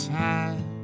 time